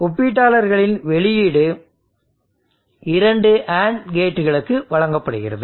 ஒப்பீட்டாளர்களின் வெளியீடு 2 AND கேட்களுக்கு வழங்கப்படுகிறது